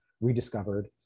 rediscovered